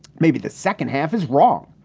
maybe the second half is wrong.